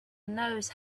knows